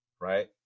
right